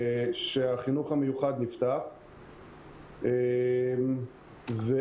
כך שהחינוך המיוחד נפתח, לכן